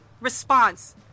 response